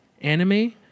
anime